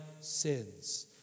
sins